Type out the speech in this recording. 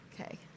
Okay